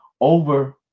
over